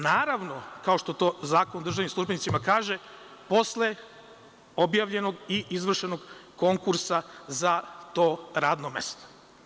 Naravno, kao što to Zakon o državnim službenicima i kaže, posle objavljenog i izvršenog konkursa za to radno mesto.